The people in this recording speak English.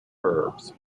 curves